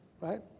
Right